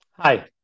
Hi